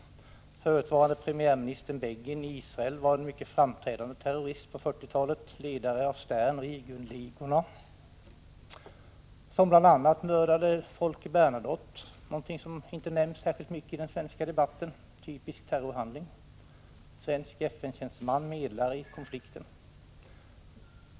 Förutvarande premiärministern Begin i Israel var en mycket framträdande terrorist på 1940-talet — ledare av Sternoch Irgunligorna, som bl.a. mördade Folke Bernadotte, något som inte nämns särskilt mycket i den svenska debatten. Det var en typisk terrorhandling — mot en svensk FN-tjänsteman, medlare i konflikten.